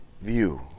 view